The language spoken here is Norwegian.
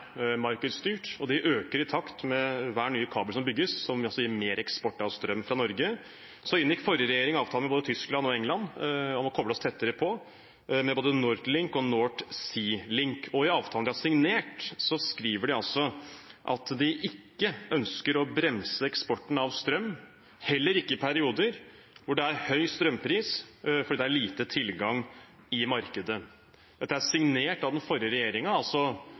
markedsstyrt, og de øker i takt med hver ny kabel som bygges, som altså vil gi mer eksport av strøm fra Norge. Den forrige regjeringen inngikk avtale med både Tyskland og England om å koble oss tettere på med både NorthLink og North Sea Link, og i avtalen de har signert, skriver de altså at de ikke ønsker å bremse eksporten av strøm, heller ikke i perioder hvor det er høy strømpris fordi det er lite tilgang i markedet. Dette er signert av den forrige regjeringen. Man skal altså